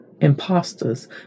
imposters